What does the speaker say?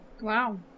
Wow